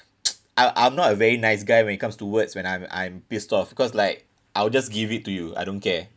I I'm not a very nice guy when it comes to words when I'm I'm pissed off because like I'll just give it to you I don't care